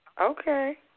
Okay